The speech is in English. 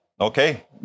okay